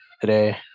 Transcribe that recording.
today